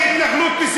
1.80 מ' זה לא גמד.